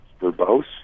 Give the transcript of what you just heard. verbose